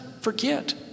forget